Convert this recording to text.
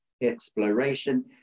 exploration